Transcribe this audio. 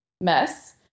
mess